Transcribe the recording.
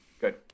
Good